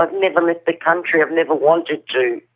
i've never left the country, i've never wanted to.